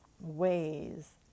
ways